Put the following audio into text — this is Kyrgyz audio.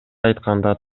айтканда